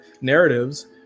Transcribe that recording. narratives